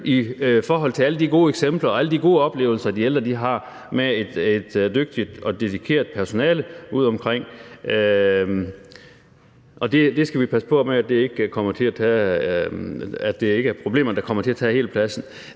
i forhold til alle de gode eksempler og alle de gode oplevelser, de ældre har med et dygtigt og dedikeret personale udeomkring. Og der skal vi passe på med, at det ikke er problemerne, der kommer til at tage hele pladsen.